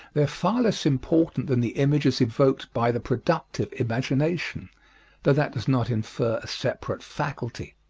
they are far less important than the images evoked by the productive imagination though that does not infer a separate faculty.